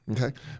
Okay